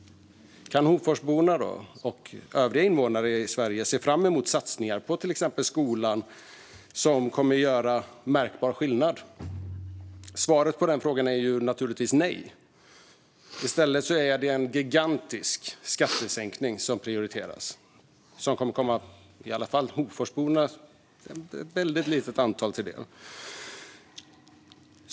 Kan Hoforsborna och övriga invånare i Sverige se fram emot satsningar på till exempel skolan som kommer att göra märkbar skillnad? Svaret på dessa frågor är naturligtvis nej. I stället prioriteras en gigantisk skattesänkning som kommer att komma ett väldigt litet antal av i alla fall Hoforsborna till del.